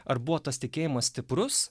ar buvo tas tikėjimas stiprus